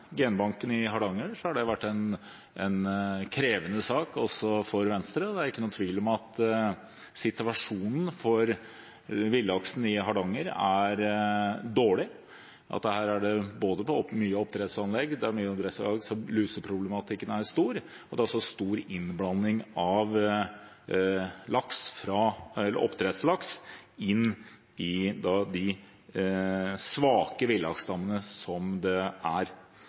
genbanken i Hardanger, har det vært en krevende sak også for Venstre. Det er ikke noen tvil om at situasjonen for villaksen i Hardanger er dårlig, at det er mange oppdrettsanlegg med oppdrettslaks der luseproblematikken er stor, og at det også er stor innblanding av oppdrettslaks i de svake villaksstammene. Heldigvis har det